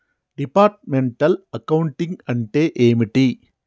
Departmental accounting అంటే ఏమిటి?